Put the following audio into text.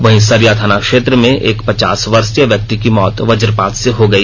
वहीं सरिया थाना क्षेत्र में एक पचास वर्षीय व्यक्ति की मौत वजपात से हो गई